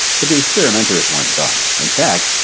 but the experimenters weren't done. in fact,